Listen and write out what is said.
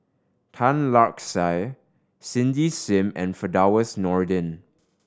Tan Lark Sye Cindy Sim and Firdaus Nordin